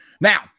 Now